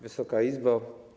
Wysoka Izbo!